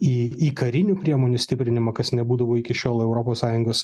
į į karinių priemonių stiprinimą kas nebūdavo iki šiol europos sąjungos